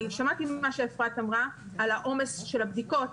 אני שמעתי את מה שאפרת אמרה על העומס של הבדיקות,